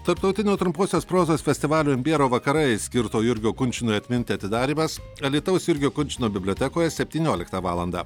tarptautinio trumposios prozos festivalio imbiero vakarai skirto jurgio kunčinui atminti atidarymas alytaus jurgio kunčino bibliotekoje septynioliktą valandą